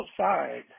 outside